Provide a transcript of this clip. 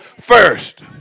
first